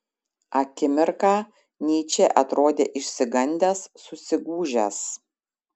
akimirką nyčė atrodė išsigandęs susigūžęs